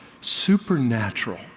supernatural